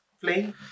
playing